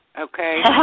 Okay